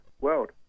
world